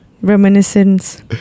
Reminiscence